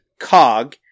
Cog